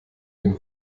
den